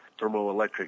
thermoelectric